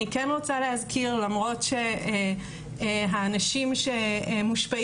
אני כן רוצה להזכיר למרות שהאנשים מושפעים